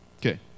Okay